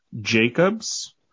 Jacobs